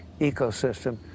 ecosystem